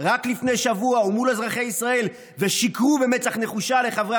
רק לפני שבוע ומול אזרחי ישראל ושיקרו במצח נחושה לחברי